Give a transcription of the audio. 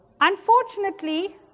Unfortunately